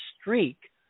streak